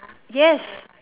yes